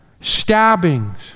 stabbings